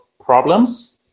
problems